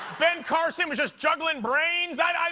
ben carson was juggling brains. i